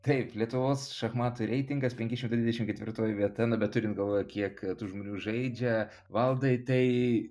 taip lietuvos šachmatų reitingas penki šimtai dvidešimt ketvirtoji vieta na bet turint galvoje kiek žmonių žaidžia valdai tai